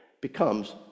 becomes